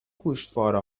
گوشواره